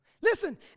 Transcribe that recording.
Listen